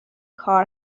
کار